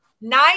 nine